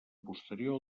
posterior